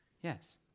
Yes